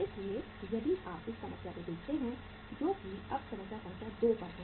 इसलिए यदि आप इस समस्या को देखते हैं जो हम अब समस्या संख्या 2 पर हैं